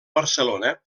barcelona